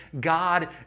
God